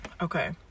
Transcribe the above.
Okay